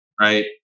right